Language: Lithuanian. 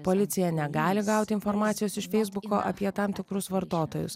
policija negali gauti informacijos iš feisbuko apie tam tikrus vartotojus